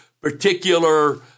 particular